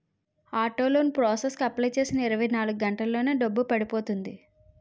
auto loan process కి apply చేసిన ఇరవై నాలుగు గంటల్లో డబ్బు పడిపోతుంది